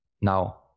Now